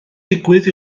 digwydd